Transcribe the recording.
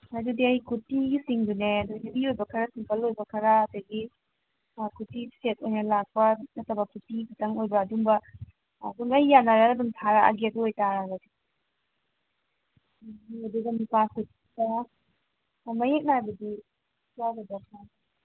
ꯑꯗꯨꯗꯤ ꯑꯩ ꯀꯨꯔꯇꯤꯒꯤꯁꯤꯡꯗꯨꯅꯦ ꯑꯗꯩ ꯍꯦꯕꯤ ꯑꯣꯏꯕ ꯈꯔ ꯁꯤꯝꯄꯜ ꯑꯣꯏꯕ ꯈꯔ ꯑꯗꯒꯤ ꯀꯨꯔꯇꯤ ꯁꯦꯠ ꯑꯣꯏꯅ ꯂꯥꯛꯄ ꯅꯠꯇꯕ ꯀꯨꯔꯇꯤ ꯈꯇꯪ ꯑꯣꯏꯕ ꯑꯗꯨꯒ ꯑꯗꯨꯝ ꯑꯩ ꯌꯥꯅꯔꯒ ꯑꯗꯨꯝ ꯊꯥꯔꯛꯑꯒꯦ ꯑꯗꯨ ꯑꯣꯏ ꯇꯥꯔꯒꯗꯤ ꯑꯗꯨꯒ ꯃꯨꯀꯥ ꯁꯨꯠꯇ ꯃꯌꯦꯛ ꯅꯥꯏꯕꯗꯤ ꯌꯥꯎꯒꯗ꯭ꯔꯣ ꯀꯃꯥꯏ